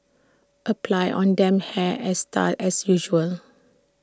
apply on damp hair as style as usual